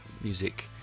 music